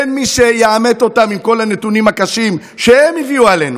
אין מי שיעמת אותם עם כל הנתונים הקשים שהם הביאו עלינו.